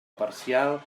parcial